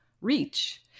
reach